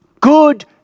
Good